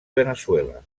veneçuela